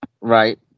Right